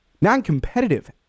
Non-competitive